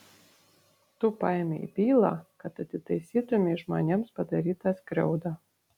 tu paėmei bylą kad atitaisytumei žmonėms padarytą skriaudą